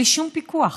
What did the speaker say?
בלי שום פיקוח.